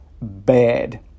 bad